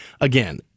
again